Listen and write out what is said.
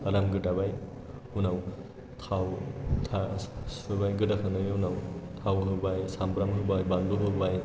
आराम गोदाबाय उनाव थाव सुबाय गोदाखांनायनि उनाव थाव होबाय साम्ब्राम होबाय बानलु होबाय